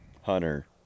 Hunter